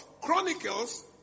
Chronicles